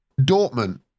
Dortmund